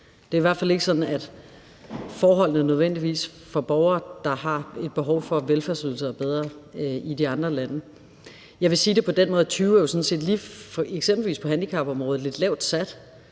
Det er i hvert fald ikke sådan, at forholdene for borgere, der har et behov for velfærdsydelser, nødvendigvis er bedre i de andre lande. Jeg vil sige det på den måde, at 20 pct. – eksempelvis på handicapområdet – er lidt lavt sat,